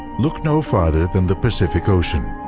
look no farther than the pacific ocean,